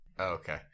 Okay